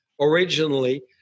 originally